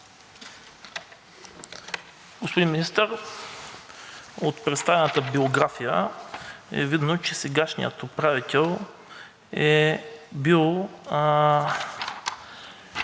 Господин Министър, от представената биография е видно, че сегашният управител е бил